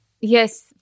Yes